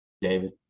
David